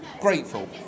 grateful